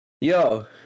yo